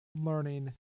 learning